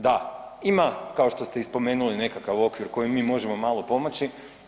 Da, ima kao što ste i spomenuli nekakav okvir kojim mi možemo malo pomoći.